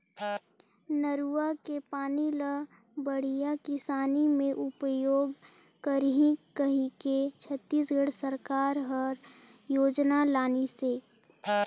नरूवा के पानी ल बड़िया किसानी मे उपयोग करही कहिके छत्तीसगढ़ सरकार हर योजना लानिसे